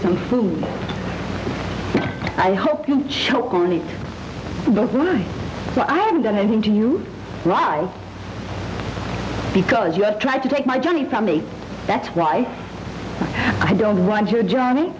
some food i hope you choke on it but i haven't done anything to you right because you have tried to take my johnny from me that's right i don't run here johnny